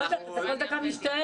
כזאת שפשוט זה מה שהחלטתם.